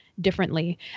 differently